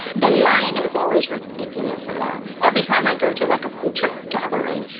the line is always ridiculously long. every time i go to like a food truck gathering,